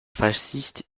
fasciste